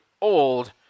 old